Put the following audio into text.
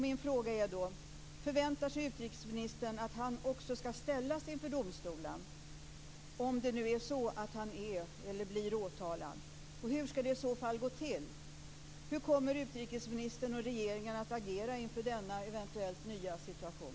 Min fråga är då: Förväntar sig utrikesministern att han också skall ställas inför domstolen om han blir åtalad? Hur skall det i så fall gå till? Hur kommer utrikesministern och regeringen att agera inför denna eventuella nya situation?